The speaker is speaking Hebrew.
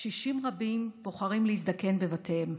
קשישים רבים בוחרים להזדקן בבתיהם.